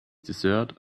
dessert